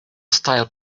style